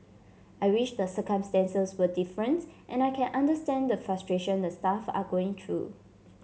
I wish the circumstances were different and I can understand the frustration the staff are going through